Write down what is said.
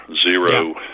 zero